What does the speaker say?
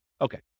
Okay